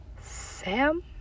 Sam